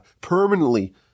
permanently